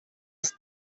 ist